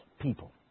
people